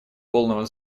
полного